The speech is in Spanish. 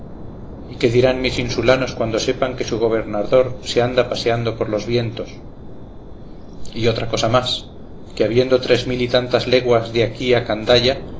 y qué dirán mis insulanos cuando sepan que su gobernador se anda paseando por los vientos y otra cosa más que habiendo tres mil y tantas leguas de aquí a